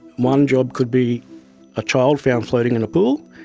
one job could be a child found floating in a pool,